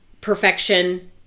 perfection